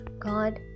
God